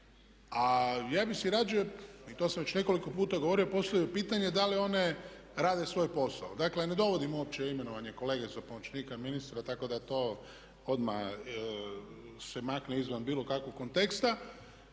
a ja bih se rađe, i to sam već nekoliko puta govorio, postavio pitanje da li one rade svoje posao. Dakle ne dovodim uopće u …/Govornik se ne razumije./… imenovanje kolege za pomoćnika ministra, tako da to odmah se makne izvan bilo kakvog konteksta.